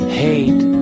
hate